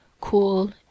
cool